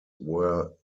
were